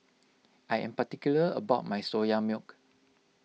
I am particular about my Soya Milk